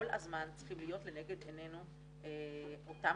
כל הזמן צריכים להיות לנגד עינינו אותם